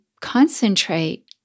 concentrate